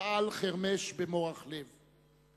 שאל חרמש במורך לב.